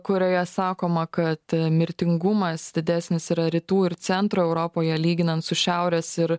kurioje sakoma kad mirtingumas didesnis yra rytų ir centro europoje lyginant su šiaurės ir